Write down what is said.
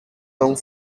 donc